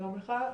שלום לך.